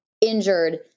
injured